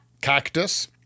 Cactus